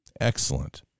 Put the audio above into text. Excellent